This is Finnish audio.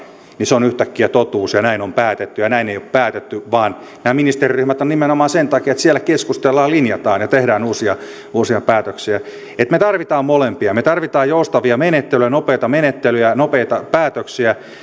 niin se on yhtäkkiä totuus ja näin on päätetty ja näin ei ole päätetty nämä ministeriryhmät ovat nimenomaan sen takia että siellä keskustellaan linjataan ja tehdään uusia uusia päätöksiä me tarvitsemme molempia me tarvitsemme joustavia menettelyjä nopeita menettelyjä ja nopeita päätöksiä